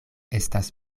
estas